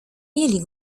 mieli